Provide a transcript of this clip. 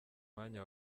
mwanya